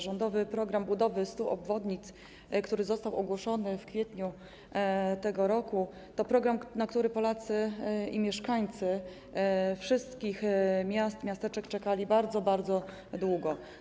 Rządowy „Program budowy 100 obwodnic”, który został ogłoszony w kwietniu tego roku, to program, na który Polacy i mieszkańcy wszystkich miast i miasteczek czekali bardzo, bardzo długo.